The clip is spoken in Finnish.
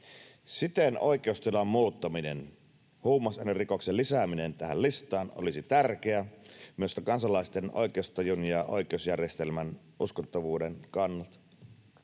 Siten oikeustilan muuttaminen, huumausainerikoksen lisääminen tähän listaan, olisi tärkeää myös kansalaisten oikeustajun ja oikeusjärjestelmän uskottavuuden kannalta.